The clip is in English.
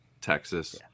Texas